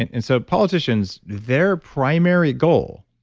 and and so politicians, their primary goal